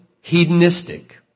hedonistic